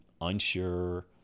Unsure